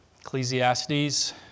Ecclesiastes